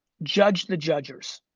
judge the judgers.